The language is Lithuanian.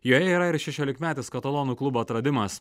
joje yra ir šešiolikmetis katalonų klubo atradimas